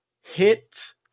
hit